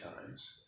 times